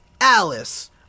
Alice